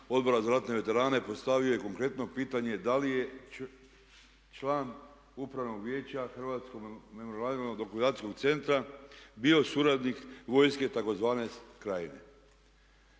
Odbora za ratne veterane postavio je konkretno pitanje da li je član Upravnog vijeća Hrvatsko memorijalno dokumentacijskog centra bio suradnik vojske tzv. Krajine.